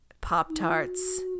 Pop-Tarts